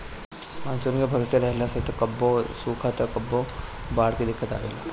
monsoon के भरोसे रहला से कभो सुखा त कभो बाढ़ से दिक्कत आवेला